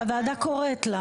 הוועדה קוראת לה.